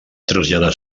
traslladar